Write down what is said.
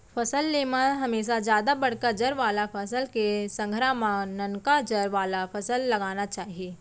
फसल ले म हमेसा जादा बड़का जर वाला फसल के संघरा म ननका जर वाला फसल लगाना चाही